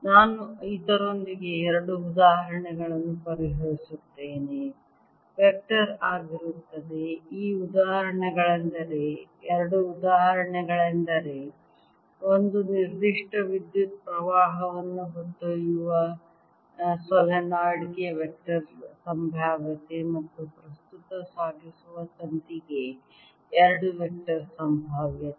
ನಾನು ಇದರೊಂದಿಗೆ ಎರಡು ಉದಾಹರಣೆಗಳನ್ನು ಪರಿಹರಿಸುತ್ತೇನೆ ವೆಕ್ಟರ್ ಆಗಿರುತ್ತದೆ ಈ ಉದಾಹರಣೆಗಳೆಂದರೆ ಎರಡು ಉದಾಹರಣೆಗಳೆಂದರೆ ಒಂದು ನಿರ್ದಿಷ್ಟ ವಿದ್ಯುತ್ ಪ್ರವಾಹವನ್ನು ಹೊತ್ತೊಯ್ಯುವ ಸೊಲೀನಾಯ್ಡ್ ಗೆ ವೆಕ್ಟರ್ ಸಂಭಾವ್ಯತೆ ಮತ್ತು ಪ್ರಸ್ತುತ ಸಾಗಿಸುವ ತಂತಿಗೆ ಎರಡು ವೆಕ್ಟರ್ ಸಂಭಾವ್ಯತೆ